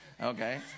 Okay